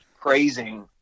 praising